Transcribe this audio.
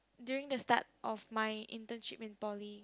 during the start of my internship in poly